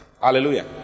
hallelujah